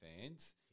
fans